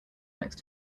next